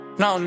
no